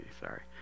sorry